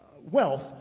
wealth